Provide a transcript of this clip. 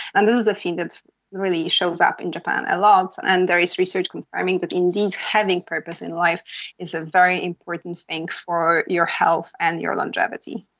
and this is the thing that really shows up in japan a lot, and there is research confirming that indeed having purpose in life is a very important thing for your health and your longevity.